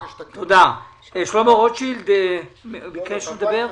שלמה רוטשילד ביקש לדבר?